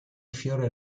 fiore